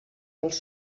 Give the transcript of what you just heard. dels